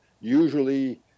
Usually